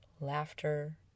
laughter